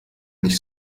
nicht